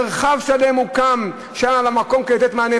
מרחב שלם הוקם שם במקום כדי לתת מענה,